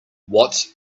what